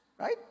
right